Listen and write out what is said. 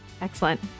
Excellent